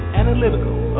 analytical